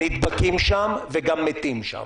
נדבקים שם וגם מתים שם,